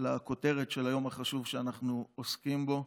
לכותרת של היום החשוב שאנחנו עוסקים בו.